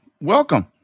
Welcome